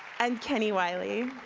and kenny while iy.